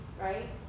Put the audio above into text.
right